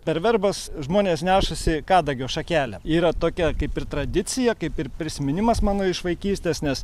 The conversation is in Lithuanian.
per verbas žmonės nešasi kadagio šakelę yra tokia kaip ir tradicija kaip ir prisiminimas mano iš vaikystės nes